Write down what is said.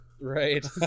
Right